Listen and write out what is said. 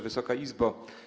Wysoka Izbo!